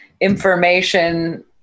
information